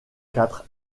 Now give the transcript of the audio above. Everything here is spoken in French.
quatre